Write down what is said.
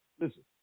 Listen